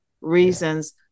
reasons